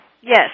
Yes